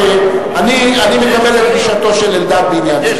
אני מקבל את גישתו של אלדד בעניין זה.